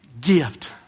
gift